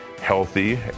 healthy